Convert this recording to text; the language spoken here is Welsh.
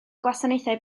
gwasanaethau